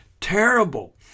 terrible